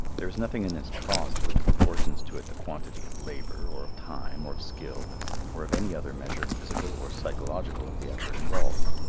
there is nothing in this cost which proportions to it the quantity of labor, or of time, or of skill or of any other measure physical or psychological of the effort involved.